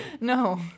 No